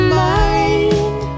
mind